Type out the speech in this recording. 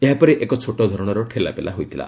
ଏହାପରେ ଏକ ଛୋଟ ଧରଣର ଠେଲାପେଲା ହୋଇଥିଲା